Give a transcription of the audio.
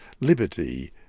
liberty